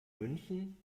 münchen